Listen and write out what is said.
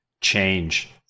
change